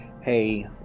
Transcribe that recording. hey